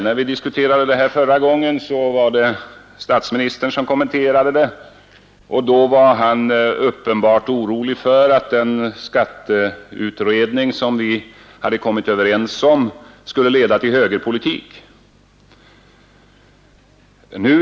När vi diskuterade frågan förra gången var det statsministern som kommenterade den och han var då uppenbart orolig för att den "skatteutredning som vi på oppositionssidan hade kommit överens om skulle leda till högerpolitik.